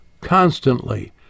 constantly